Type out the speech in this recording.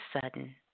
sudden